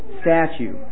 statue